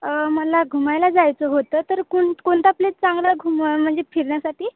मला घुमायला जायचं होतं तर कोण कोणता प्लेस चांगला घुम म्हणजे फिरण्यासाठी